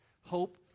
hope